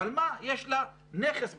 אבל יש לה נכס ביד,